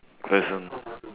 person